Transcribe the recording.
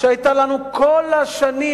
שהיו לנו כל השנים,